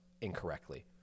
incorrectly